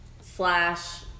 slash